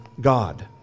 God